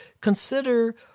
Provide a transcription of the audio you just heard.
consider